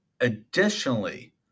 Additionally